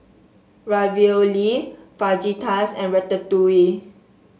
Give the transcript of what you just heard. Ravioli Fajitas and Ratatouille